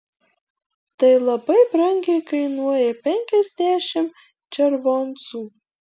tai labai brangiai kainuoja penkiasdešimt červoncų